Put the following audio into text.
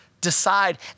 decide